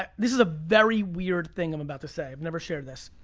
yeah this is a very weird thing i'm about to say. i've never shared this.